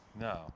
No